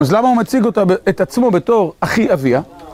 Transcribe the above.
אז למה הוא מציג את עצמו בתור אחי אביה?